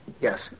Yes